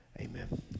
amen